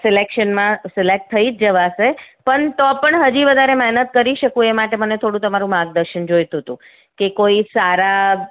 સિલેક્શનમાં select થઈ જ જવાશે પણ તો પણ હજી વધારે મહેનત કરી શકું એ માટે મને થોડું તમારું માર્ગદર્શન જોઈતું હતું કે કોઈ સારા